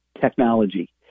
technology